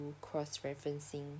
cross-referencing